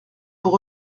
pour